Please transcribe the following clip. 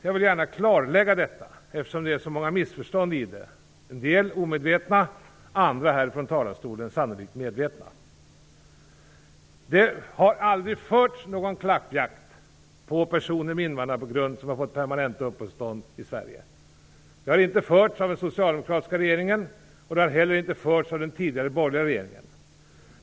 Jag vill gärna klarlägga en sak eftersom det föreligger så många missförstånd kring den - en del omedvetna och andra, här ifrån talarstolen, sannolikt medvetna. Det har aldrig förts någon klappjakt på personer med invandrarbakgrund som har fått permanenta uppehållstillstånd i Sverige. Det har inte förts någon sådan från den socialdemokratiska regeringens sida och inte heller från den tidigare borgerliga regeringen.